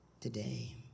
today